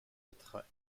être